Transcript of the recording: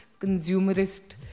consumerist